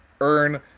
earn